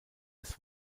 des